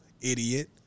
idiot